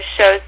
shows